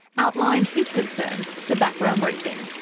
outlined his concerns to background briefing.